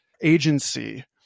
agency